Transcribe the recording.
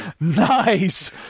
Nice